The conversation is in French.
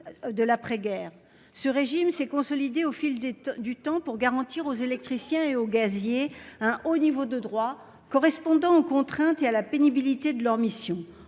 de l'après-guerre. Ce régime s'est consolidé au fil du temps pour garantir aux électriciens et aux gaziers un haut niveau de droits, correspondant aux contraintes et à la pénibilité de leur mission.